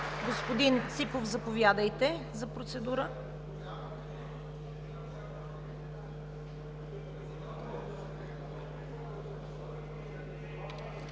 Господин Ципов, заповядайте за процедура.